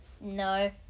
No